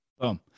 Boom